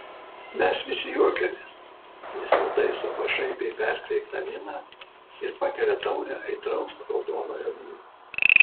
mes visi juokiamės jis nutaiso pašaipiai perkreiptą miną ir pakelia taurę aitraus raudonojo vyno